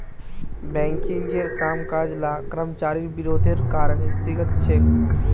बैंकिंगेर कामकाज ला कर्मचारिर विरोधेर कारण स्थगित छेक